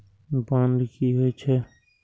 Bond की होई छै?